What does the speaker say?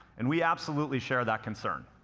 and we absolutely share that concern.